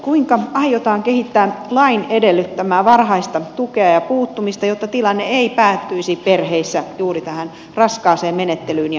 kuinka aiotaan kehittää lain edellyttämää varhaista tukea ja puuttumista jotta tilanne ei päättyisi perheissä juuri tähän raskaaseen menettelyyn ja huostaanottoon